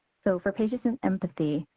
so for patience and empathy,